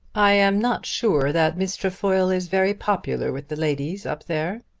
i am not sure that miss trefoil is very popular with the ladies up there.